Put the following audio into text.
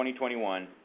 2021